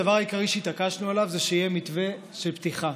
הדבר העיקרי שהתעקשנו עליו זה שיהיה מתווה של פתיחה,